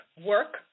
work